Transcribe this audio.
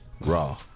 Raw